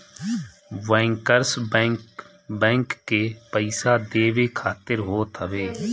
bankers bank, bank के पईसा देवे खातिर होत हवे